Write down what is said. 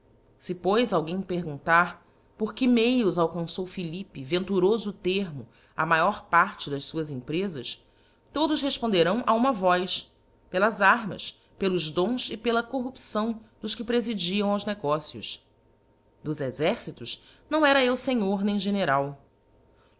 se pois alguém perguntar porque meios alcançou philippe venturofo termo á mór parte das fuás emprezas todos refponderão a uma voz c pelas armas pelos dons e pela corrupção dos que prefidíam aos negócios dos exércitos não era eu fenhor nem general